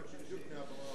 אני אענה לך, מעל במה זו.